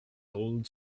old